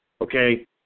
okay